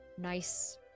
nice